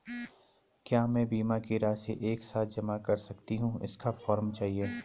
क्या मैं बीमा की राशि एक साथ जमा कर सकती हूँ इसका फॉर्म चाहिए?